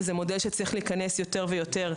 וזהו מודל שצריך להיכנס יותר ויותר,